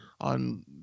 on